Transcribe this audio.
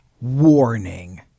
Warning